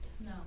No